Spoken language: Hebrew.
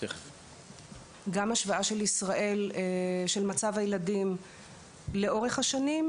גם השוואה של ישראל של מצב הילדים לאורך השנים,